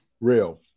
real